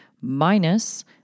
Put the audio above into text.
minus